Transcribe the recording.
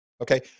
Okay